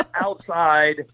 outside